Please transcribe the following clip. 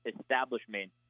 establishment